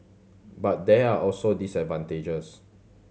but there are also disadvantages